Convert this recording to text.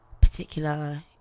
particular